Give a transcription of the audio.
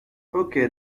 okay